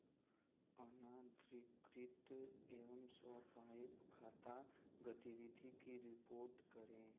अनाधिकृत M swipe खाता गतिविधि की रिपोर्ट करें